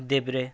देब्रे